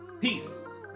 Peace